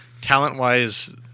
talent-wise